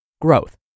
Growth